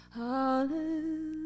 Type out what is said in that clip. hallelujah